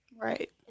Right